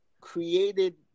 created